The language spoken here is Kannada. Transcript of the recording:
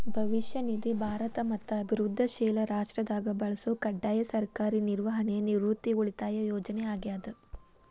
ಭವಿಷ್ಯ ನಿಧಿ ಭಾರತ ಮತ್ತ ಅಭಿವೃದ್ಧಿಶೇಲ ರಾಷ್ಟ್ರದಾಗ ಬಳಸೊ ಕಡ್ಡಾಯ ಸರ್ಕಾರಿ ನಿರ್ವಹಣೆಯ ನಿವೃತ್ತಿ ಉಳಿತಾಯ ಯೋಜನೆ ಆಗ್ಯಾದ